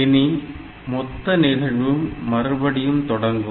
இனி மொத்த நிகழ்வும் மறுபடியும் தொடங்கும்